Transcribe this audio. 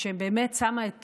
ששמה את